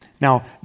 Now